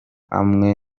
amwe